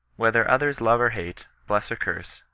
whether others love or hate, bless or curse,